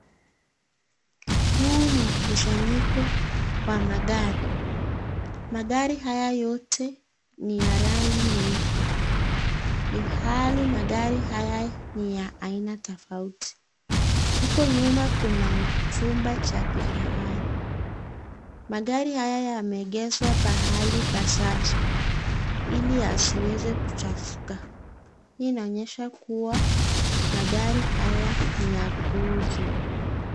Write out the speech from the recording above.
Huu ni mkusanyiko wa magari. Magari haya yote ni ya rangi nyeupe ilhali magari haya ni ya aina tofauti. Huko nyuma kuna chumba cha kifahari. Magari haya yameegeshwa pahali pa safi ili asiweze kuchafuka. Hii inaonyesha kuwa hii magari ni ya kuuzwa.